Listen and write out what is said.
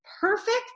perfect